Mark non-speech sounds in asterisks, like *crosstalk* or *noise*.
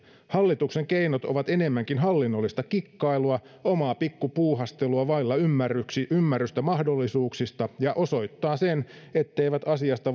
hallituksen keinot ovat enemmänkin hallinnollista kikkailua omaa pikku puuhastelua vailla ymmärrystä mahdollisuuksista ja osoittavat sen etteivät asiasta *unintelligible*